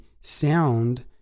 sound